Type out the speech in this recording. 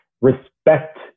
respect